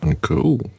Cool